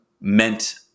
meant